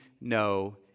no